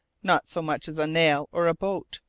not so much as a nail or a bolt,